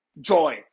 Joy